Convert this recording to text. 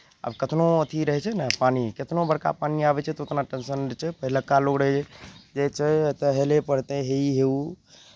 आब कतनो अथी रहै छै ने पानि केतनो बड़का पानि आबै छै तऽ ओतना टेंसन जे छै पहिलुका लोक रहै जे छै एतय हेलय पड़तै हे ई हे ओ